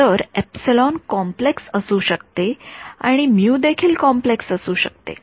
तर कॉम्प्लेक्स असू शकते आणि देखील कॉम्प्लेक्स असू शकते